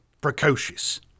precocious